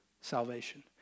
salvation